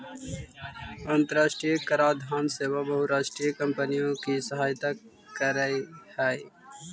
अन्तराष्ट्रिय कराधान सेवा बहुराष्ट्रीय कॉम्पनियों की सहायता करअ हई